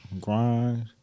grind